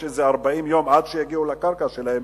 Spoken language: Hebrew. יש בערך 40 יום עד שיגיעו לקרקע שלהם,